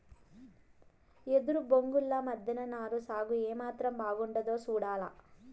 ఎదురు బొంగుల మద్దెన నారు సాగు ఏమాత్రం బాగుండాదో సూడాల